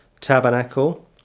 tabernacle